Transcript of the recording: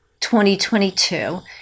2022